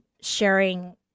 sharing